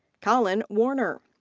collin warner.